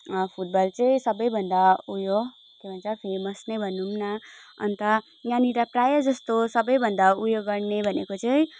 football चाहिँ सबैभन्दा उयो के भन्छ फेमस नै भनौँ न अन्ता यहाँनिर प्राय जस्तो सबैभन्दा उयो गर्ने भनेको चाहिँ